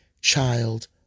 child